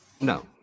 no